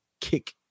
kick